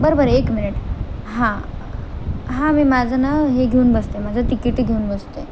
बरं बरं एक मिनिट हां हां मी माझं ना हे घेऊन बसते माझं तिकीट घेऊन बसते